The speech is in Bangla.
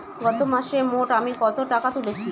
গত মাসে মোট আমি কত টাকা তুলেছি?